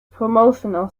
promotional